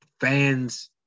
fans